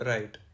Right